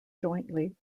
jointly